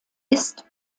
ist